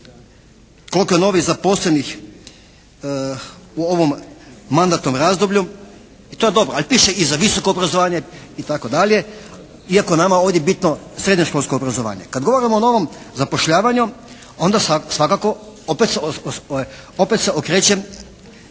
koliko je novih zaposlenih u ovom mandatnom razdoblju i to je dobro, a i piše i za visoko obrazovanje itd. iako je nama ovdje bitno srednjoškolsko obrazovanje. Kad govorimo o novom zapošljavanju onda svakako opet se okrećem